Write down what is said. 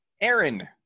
Aaron